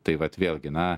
tai vat vėlgi na